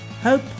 hope